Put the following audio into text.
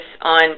on